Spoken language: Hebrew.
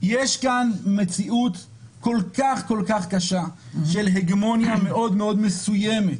יש כאן מציאות כל כך כל כך קשה של הגמוניה מאוד מאוד מסוימת,